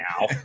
now